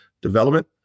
development